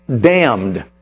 Damned